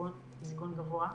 סיכון גבוה.